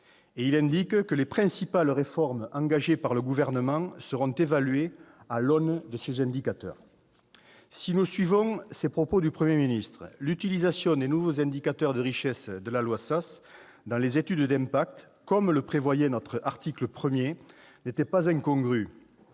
il indique que les principales réformes engagées par le Gouvernement seront « évaluées à l'aune de ces indicateurs ». Si nous suivons les propos du Premier ministre, l'utilisation des nouveaux indicateurs de richesse de la loi Sas dans les études d'impact, comme le prévoyait notre article 1, n'était pas incongrue.